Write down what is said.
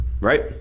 right